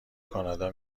کانادا